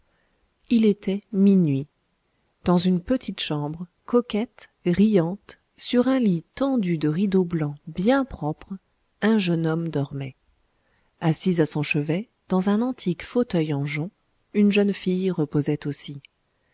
il était minuit dans une petite chambre coquette riante sur un lit tendu de rideaux blancs bien propres un jeune homme dormait assise à son chevet dans un antique fauteuil en joncs une jeune fille reposait aussi